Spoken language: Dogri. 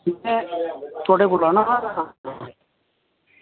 असें थुआढ़े कोला ना